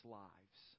lives